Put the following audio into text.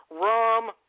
rum